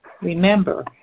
Remember